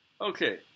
Okay